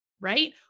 right